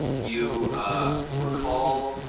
you recall,